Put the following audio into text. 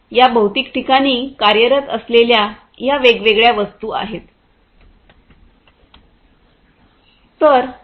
या भौतिक ठिकाणी कार्यरत असलेल्या या वेगवेगळ्या वस्तू आहेत